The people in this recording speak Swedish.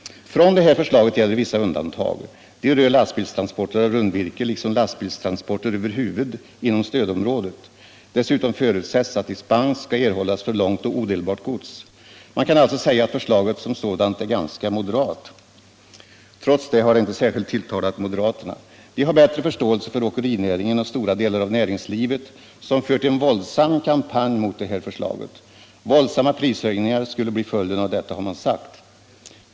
Från detta förslag gäller vissa undantag. De rör lastbilstransporter av rundvirke liksom lastbilstransporter över huvud inom stödområdet. Dessutom förutsätts att dispens skall erhållas för långt och odelbart gods. Man kan alltså säga att förslaget som sådant är ganska moderat. Trots detta har det inte särskilt tilltalat moderaterna. De har bättre förståelse för åkerinäringen och stora delar av näringslivet som fört en våldsam kampanj mot förslaget. Våldsamma prishöjningar skulle bli följden av detta, har man sagt.